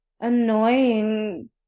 annoying